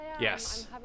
Yes